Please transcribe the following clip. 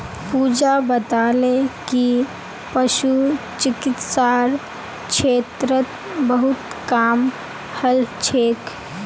पूजा बताले कि पशु चिकित्सार क्षेत्रत बहुत काम हल छेक